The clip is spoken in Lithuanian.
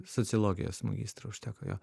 sociologijos magistro užteko jo